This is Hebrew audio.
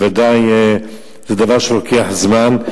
זה בוודאי דבר שלוקח זמן.